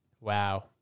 Wow